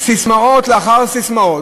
ססמאות אחרי ססמאות,